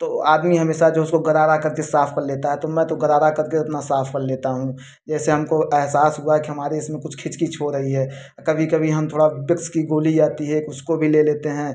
तो ओ आदमी हमेशा जो है उसको गरारा करके साफ कर लेता है तो मैं तो गरारा करके अपना साफ कर लेता हूँ जैसे हमको एहसास हुआ है कि हमारे इसमें कुछ खिच किच हो रही है कभी कभी हम थोड़ा बिक्स कि गोली आती है उसको भी ले लेते हैं